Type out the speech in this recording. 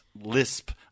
lisp